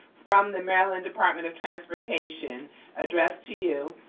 from the maryland department of transportation addressed to you,